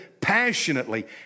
passionately